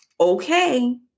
okay